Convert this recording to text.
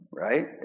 right